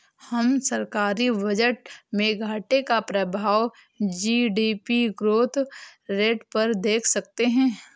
हम सरकारी बजट में घाटे का प्रभाव जी.डी.पी ग्रोथ रेट पर देख सकते हैं